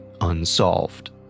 unsolved